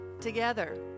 together